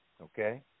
Okay